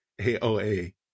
AOA